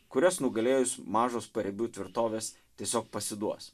kurias nugalėjus mažos paribių tvirtovės tiesiog pasiduos